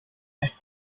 once